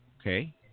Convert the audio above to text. Okay